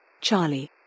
Charlie